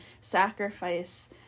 sacrifice